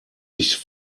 nicht